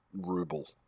Ruble